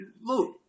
Look